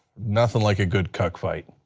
nothing like a good cuck fight.